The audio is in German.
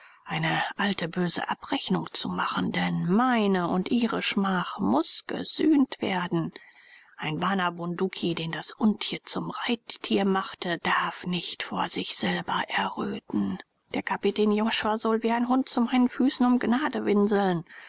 eine alte böse abrechnung zu machen denn meine und ihre schmach muß gesühnt werden ein bana bunduki den das untier zum reittier machte darf nicht vor sich selber erröten der kapitän josua soll wie ein hund zu meinen füßen um gnade winseln